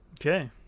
Okay